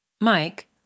Mike